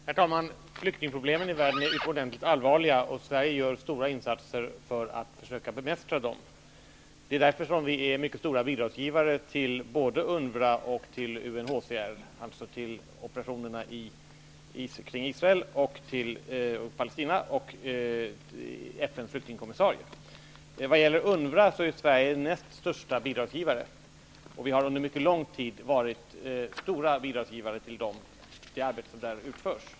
Herr talman! Flyktingproblemen i världen är utomordentligt allvarliga, och Sverige gör stora insatser för att försöka bemästra dem. Det är därför vi är mycket stora bidragsgivare när det gäller både UNRWA och UNHCR, dvs. när det gäller operationerna kring Israel och Palestina och när det gäller FN:s flyktingkommissarie. När det gäller UNRWA är Sverige den näst största bidragsgivaren. Vi har under mycket lång tid varit stora bidragsgivare när det gäller det arbete som där utförs.